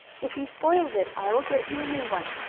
if he spoils it i will get you a new one.